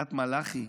מקריית מלאכי,